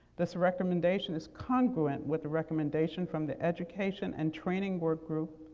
this recommendation is congruent with the recommendation from the education and training work group,